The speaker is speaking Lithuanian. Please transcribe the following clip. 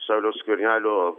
sauliaus skvernelio